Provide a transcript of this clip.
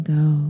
go